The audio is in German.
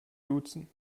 duzen